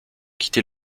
quitter